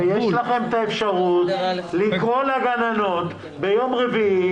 אבל יש לכם את האפשרות לקרוא לגננות ביום רביעי